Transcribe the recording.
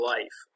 Life